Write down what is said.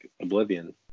oblivion